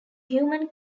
human